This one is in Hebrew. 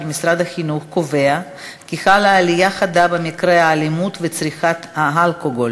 משרד החינוך קובע כי חלה עלייה חדה באלימות ובצריכת האלכוהול,